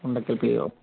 Mundakkal P O